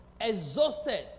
exhausted